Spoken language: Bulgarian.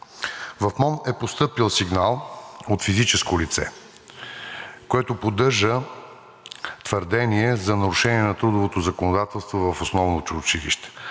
В МОН е постъпил сигнал от физическо лице, което поддържа твърдение за нарушение на трудовото законодателство в основното училище.